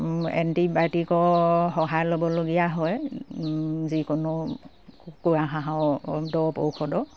এণ্টিবায়'টিকৰ সহায় ল'বলগীয়া হয় যিকোনো কুকুৰা হাঁহৰ দৰব ঔষধৰ